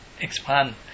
expand